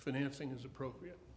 financing is appropriate